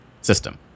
system